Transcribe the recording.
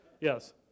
Yes